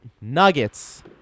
nuggets